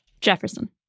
Jefferson